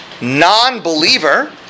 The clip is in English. non-believer